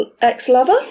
ex-lover